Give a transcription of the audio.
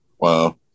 Wow